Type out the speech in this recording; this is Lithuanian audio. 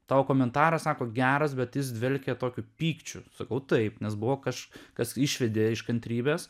tavo komentaras sako geras bet jis dvelkė tokiu pykčiu sakau taip nes buvo kaž kas išvedė iš kantrybės